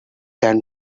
done